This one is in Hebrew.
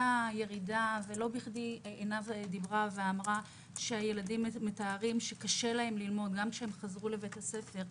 לא בכדי עינב אמרה שהילדים מתארים קושי ללמוד גם כשהם חזרו לבית הספר,